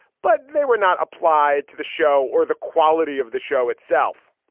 but they were not applied to the show or the quality of the show itself.